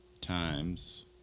times